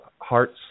hearts